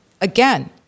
again